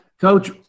Coach